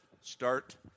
start